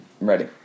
Ready